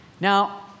Now